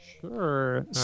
Sure